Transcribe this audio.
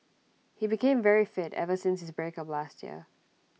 he became very fit ever since his breakup last year